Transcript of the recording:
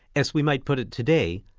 as we might put it today,